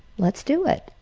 let's do it.